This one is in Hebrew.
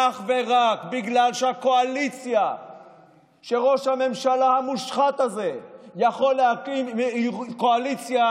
אך ורק בגלל שהקואליציה שראש הממשלה המושחת הזה יכול להקים היא קואליציה